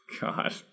God